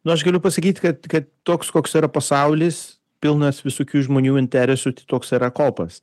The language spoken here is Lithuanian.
nu aš galiu pasakyt kad kad toks koks yra pasaulis pilnas visokių žmonių interesų tai toks yra kopas